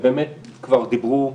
ובאמת כבר דיברו,